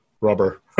rubber